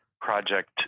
project